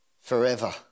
Forever